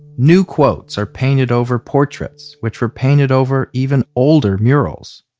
new quotes are painted over portraits which were painted over even older murals.